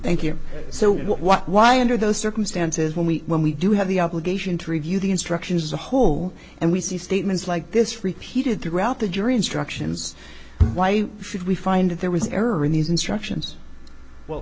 thank you so what what why under those circumstances when we when we do have the obligation to review the instructions as a whole and we see statements like this repeated throughout the jury instructions why should we find if there was error in these instructions well